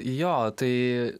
jo tai